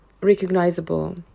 recognizable